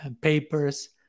papers